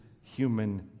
human